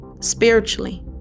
spiritually